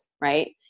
right